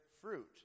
fruit